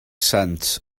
sent